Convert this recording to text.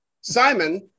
Simon